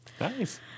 Nice